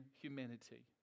humanity